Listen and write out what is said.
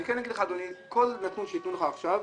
אני כן אומר לך אדוני שכל נתון שייתנו לך עכשיו,